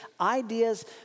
ideas